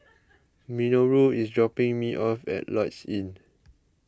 Minoru is dropping me off at Lloyds Inn